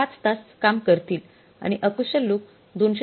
5 तास काम करतील आणि अकुशल लोक 202